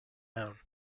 known